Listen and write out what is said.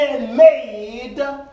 Made